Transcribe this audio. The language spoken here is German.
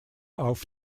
auf